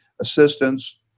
assistance